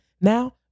Now